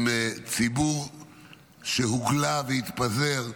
עם ציבור שהוגלה והתפזר,